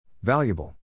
Valuable